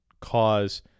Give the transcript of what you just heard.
cause